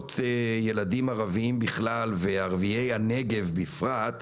קורבנות ילדים ערבים בכלל וערביי הנגב בפרט,